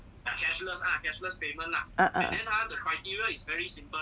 ah ah